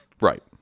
Right